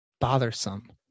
bothersome